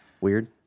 Weird